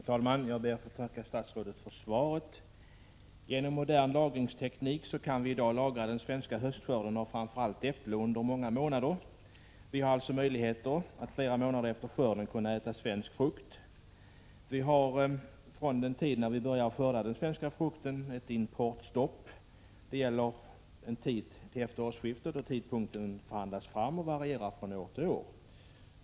Herr talman! Jag ber att få tacka statsrådet för svaret. Genom modern lagringsteknik kan vi i dag lagra den svenska höstskörden av framför allt äpple under många månader. Vi har alltså möjligheter att flera månader efter skörden äta svensk frukt. Vi har från den tid när vi börjar skörda den svenska frukten ett importstopp. Det gäller till efter årsskiftet; tidpunkten förhandlas fram och varierar från år till år.